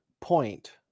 point